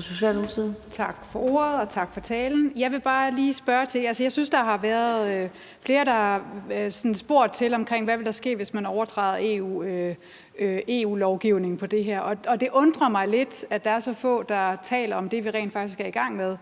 (S): Tak for ordet, og tak for talen. Jeg vil bare lige spørge til noget. Jeg synes, der har været flere, der sådan har spurgt til, hvad der ville ske, hvis man overtræder EU-lovgivningen på det her område, og det undrer mig lidt, at der er så få, der taler om det, vi rent faktisk er i gang med.